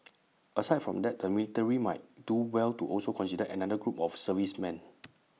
aside from that the military might do well to also consider another group of servicemen